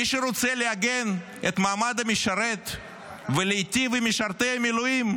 מי שרוצה לעגן את מעמד המשרת ולהיטיב עם משרתי המילואים